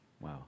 Wow